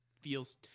feels